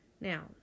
Now